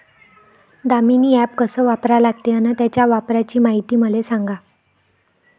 Damini app कस वापरा लागते? अन त्याच्या वापराची मायती मले सांगा